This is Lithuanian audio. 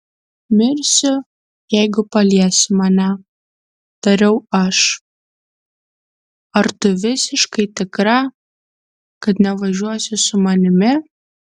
mirsiu jeigu paliesi mane tariau aš ar tu visiškai tikra kad nevažiuosi su manimi